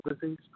disease